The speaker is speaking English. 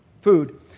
food